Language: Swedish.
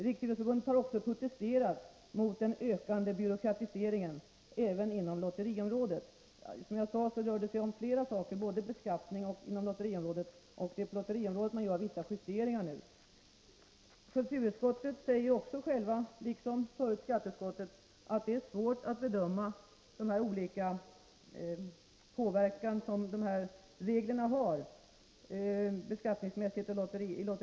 Riksidrottsförbundet har även protesterat mot den ökade byråkratiseringen även på lotteriområdet. Som jag sade rör det sig om flera saker. På lotteriområdet gör man nu vissa justeringar. Liksom tidigare skatteutskottet säger nu kulturutskottet att det är svårt att bedöma dessa olika reglers inverkan beskattningsmässigt i lotterihänseende.